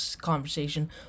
conversation